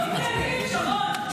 לא קיימים, שרון?